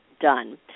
done